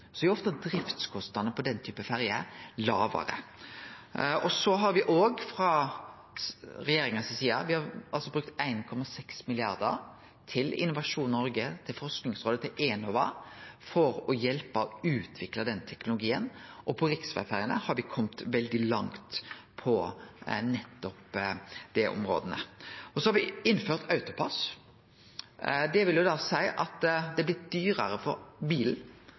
så er ofte driftskostnadene på den type ferjer lågare. Me har òg frå regjeringas side brukt 1,6 mrd. kr til Innovasjon Noreg, til Forskingsrådet, til Enova for å hjelpe og utvikle den teknologien. På riksvegferjene har me kome veldig langt på nettopp dei områda. Så har me innført AutoPASS. Det vil seie at det har blitt dyrare for bilen,